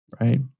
right